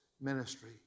ministry